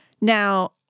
Now